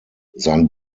sein